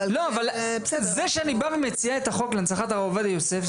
זה שאני בא ומציע את החוק להנצחת הרב עובדיה יוסף,